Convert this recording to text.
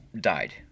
died